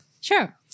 Sure